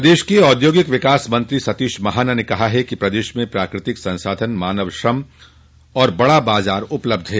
प्रदेश के औद्योगिक विकास मंत्री सतीश महाना ने कहा है कि प्रदेश में प्राकृतिक संसाधन मानव श्रम और बड़ा बाजार उपलब्ध है